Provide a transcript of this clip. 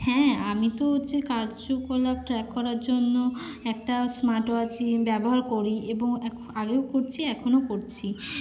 হ্যাঁ আমি তো হচ্ছে কার্যকলাপ ট্র্যাক করার জন্য একটা স্মার্ট ওয়াচই ব্যবহার করি এবং এখন আগেও করছি এখনও করছি